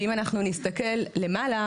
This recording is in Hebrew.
ואם אנחנו נסתכל למעלה,